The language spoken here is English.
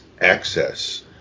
access